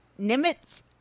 Nimitz